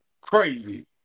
Crazy